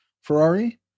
Ferrari